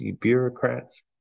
bureaucrats